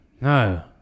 No